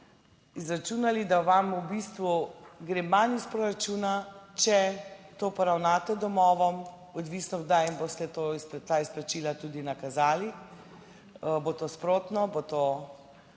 izračunali, da vam v bistvu gre manj iz proračuna, če to poravnate domovom, odvisno kdaj jim boste ta izplačila tudi nakazali, bo to sprotno, bo to